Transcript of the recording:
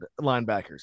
linebackers